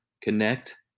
Connect